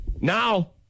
Now